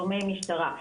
גורמי משטרה,